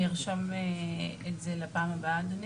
אני ארשום את זה לפעם הבאה, אדוני.